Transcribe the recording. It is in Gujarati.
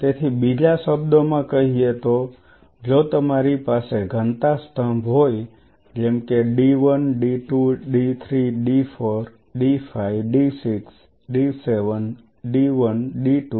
તેથી બીજા શબ્દોમાં કહીએ તો જો મારી પાસે ઘનતા સ્તંભ હોય જેમ કે d 1 d 2 d 3 d 4 d 5 d 6 d 7 d 1 d 2